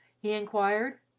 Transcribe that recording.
he inquired.